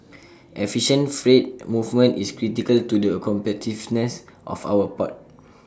efficient freight movement is critical to the competitiveness of our port